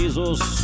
Jesus